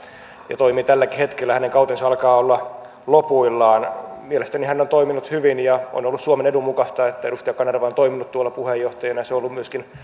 ja toimii tälläkin hetkellä hänen kautensa alkaa olla lopuillaan mielestäni hän on toiminut hyvin ja on ollut suomen edun mukaista että edustaja kanerva on toiminut tuolla puheenjohtajana se on ollut myöskin etyj